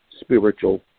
spiritual